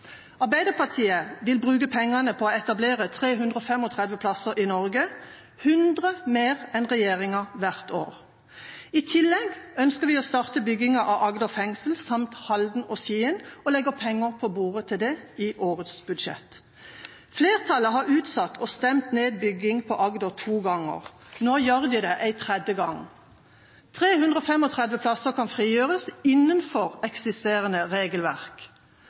Arbeiderpartiet vil bruke pengene på å etablere 335 plasser i Norge, 100 mer enn regjeringa hvert år. I tillegg ønsker vi å starte bygging av Agder fengsel, samt Halden og Skien, og legger penger på bordet til det i årets budsjett. Flertallet har utsatt og stemt ned bygging på Agder to ganger. Nå gjør de det en tredje gang. 335 plasser kan frigjøres innenfor eksisterende regelverk.